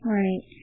right